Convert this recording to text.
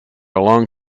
along